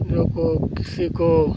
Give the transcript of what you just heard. जो को किसी को